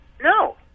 No